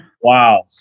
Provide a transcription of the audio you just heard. Wow